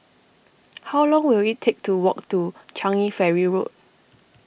how long will it take to walk to Changi Ferry Road